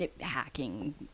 hacking